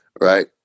right